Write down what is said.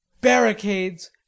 Barricades